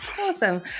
Awesome